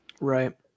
Right